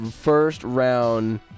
first-round